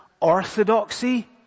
orthodoxy